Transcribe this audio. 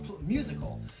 musical